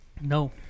No